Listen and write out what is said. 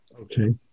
Okay